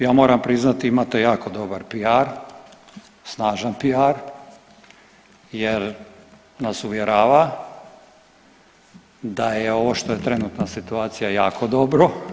Ja moram priznati, imate jako dobar PR, snažan PR jer nas uvjerava da je ovo što je trenutna situacija jako dobro.